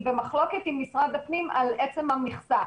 במחלוקת עם משרד הפנים על עצם המכסה,